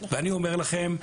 אני אומר לכם,